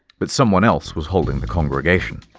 but someone else was holding the congregation.